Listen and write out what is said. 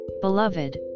Beloved